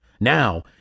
Now